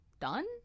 done